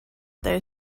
their